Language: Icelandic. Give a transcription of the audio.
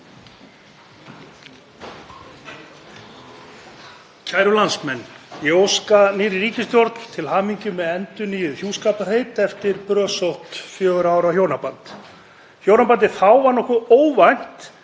Kæru landsmenn. Ég óska nýrri ríkisstjórn til hamingju með endurnýjuð hjúskaparheit eftir brösótt fjögurra ára hjónaband. Hjónabandið þá var nokkuð óvænt